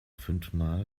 fünfmal